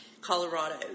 Colorado